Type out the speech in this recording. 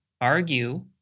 argue